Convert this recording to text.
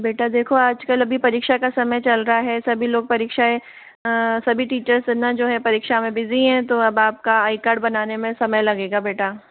बेटा देखो आजकल अभी परीक्षा का समय चल रहा है सभी लोग परीक्षाऐं सभी टीचर्स ना जो है परीक्षा में बिज़ी हैं तो आप का आई कार्ड बनाने में समय लगेगा बेटा